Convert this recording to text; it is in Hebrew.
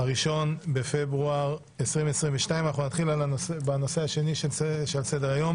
בפברואר 2022. נתחיל בנושא השני שעל סדר היום